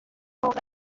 موقع